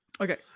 okay